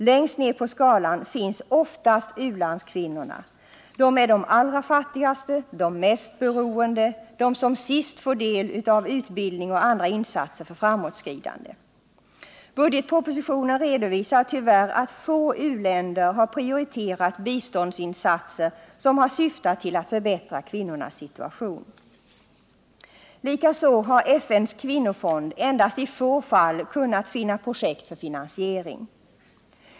Längst ned på skalan finns oftast u-landskvinnorna. De är de allra fattigaste, de mest beroende, de som sist får del av utbildning och andra insatser för framåtskridande. Budgetpropositionen redovisar tyvärr att få u-länder har premierat biståndsinsatser som har syftat till att förbättra kvinnornas situation. Likaså har FN:s kvinnofond endast i två fall kunnat finna projekt för finansiering.